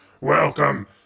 Welcome